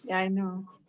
i know.